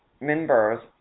members